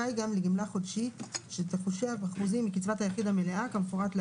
שאנחנו --- וצריך גם לתת להם את המקום שלהם.